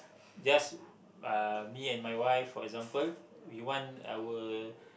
just uh me and my wife for example we want our